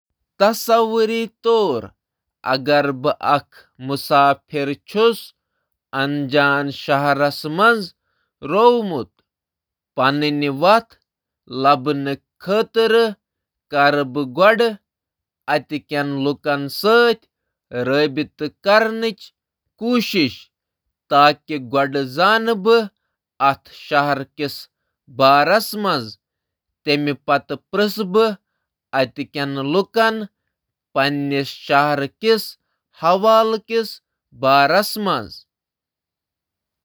تصور کٔرِو زِ بہٕ چھا مسافر تہٕ اکھ اجنبی تہٕ مےٚ چھِ وتھ رٲومٕژ۔ گۄڈٕ پرٛژھٕ بہٕ لوٗکَن اَمہِ جایہِ مُتعلِق تہٕ پتہٕ کَرٕ بہٕ پنٕنۍ جاے زانٕنٕچ کوٗشش۔